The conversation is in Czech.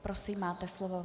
Prosím, máte slovo.